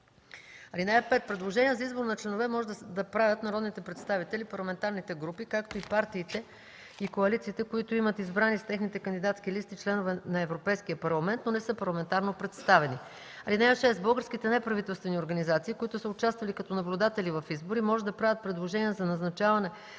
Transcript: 4, т. 2. (5) Предложения за избор на членове може да правят народните представители, парламентарните групи, както и партиите и коалициите, които имат избрани с техните кандидатски листи членове на Европейския парламент, но не са парламентарно представени. (6) Българските неправителствени организации, които са участвали като наблюдатели в избори, може да правят предложения за назначаване